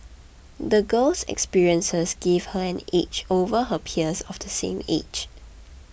the girl's experiences gave her an edge over her peers of the same age